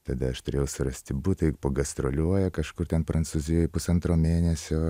tada aš turėjau surasti butą ji pagastroliuoja kažkur ten prancūzijoj pusantro mėnesio